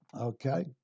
okay